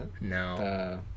No